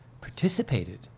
participated